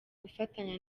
gufatanya